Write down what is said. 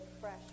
fresh